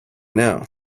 now